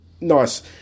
nice